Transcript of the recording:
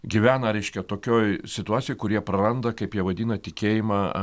gyvena reiškia tokioj situacijoj kur jie praranda kaip jie vadina tikėjimą